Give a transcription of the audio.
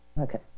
Okay